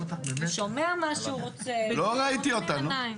גבי, לא ראיתי אותה.